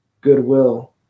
goodwill